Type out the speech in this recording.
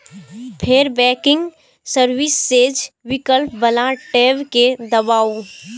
फेर banking services विकल्प बला टैब कें दबाउ